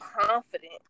confident